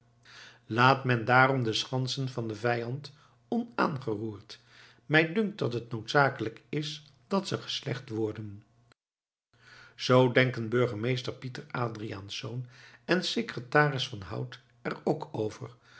laat men daarom de schansen van den vijand onaangeroerd mij dunkt dat het noodzakelijk is dat ze geslecht worden zoo denken burgemeester pieter adriaensz en secretaris van hout er ook over